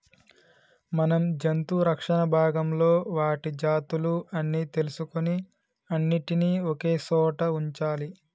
మనం జంతు రక్షణ భాగంలో వాటి జాతులు అన్ని తెలుసుకొని అన్నిటినీ ఒకే సోట వుంచాలి